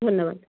ধন্যবাদ